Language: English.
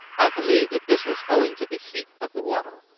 i believe that this was owing to the heat of the water,